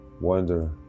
wonder